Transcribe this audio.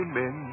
men